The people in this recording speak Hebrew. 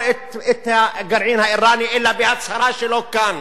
את הגרעין האירני אלא בהצהרה שלו כאן